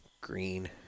green